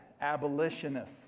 abolitionists